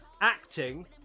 acting